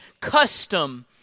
custom